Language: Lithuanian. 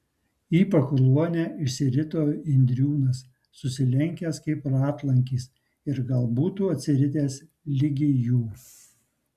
į pakluonę išsirito indriūnas susilenkęs kaip ratlankis ir gal būtų atsiritęs ligi jų